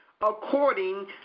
According